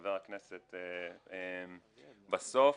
חבר הכנסת חאג' יחיא בסוף,